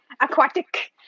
aquatic